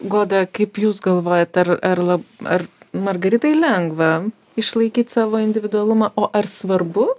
goda kaip jūs galvojat ar ar lab ar margaritai lengva išlaikyt savo individualumą o ar svarbu